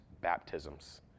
baptisms